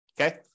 Okay